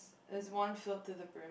there's one filled to the brim